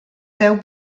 seu